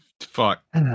Fuck